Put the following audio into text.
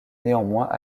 néanmoins